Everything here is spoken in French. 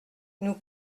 nous